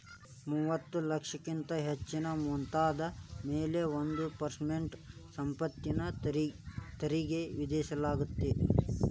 ಮೂವತ್ತ ಲಕ್ಷಕ್ಕಿಂತ ಹೆಚ್ಚಿನ ಮೊತ್ತದ ಮ್ಯಾಲೆ ಒಂದ್ ಪರ್ಸೆಂಟ್ ಸಂಪತ್ತಿನ ತೆರಿಗಿ ವಿಧಿಸಲಾಗತ್ತ